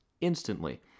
instantly